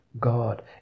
God